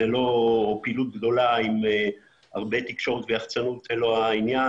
פעילות גדולה עם הרבה תקשורת ויח"צנות זה לא העניין,